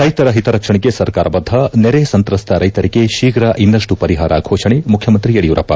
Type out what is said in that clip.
ರೈತರ ಹಿತರಕ್ಷಣೆಗೆ ಸರ್ಕಾರ ಬದ್ಧ ನೆರೆ ಸಂತ್ರಸ್ತ ರೈತರಿಗೆ ಶೀಘ್ರ ಇನ್ನಷ್ಟು ಪರಿಹಾರ ಘೋಷಣೆ ಮುಖ್ಯಮಂತ್ರಿ ಯಡಿಯೂರಪ್ಪ